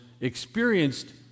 experienced